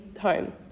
home